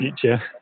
future